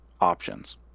options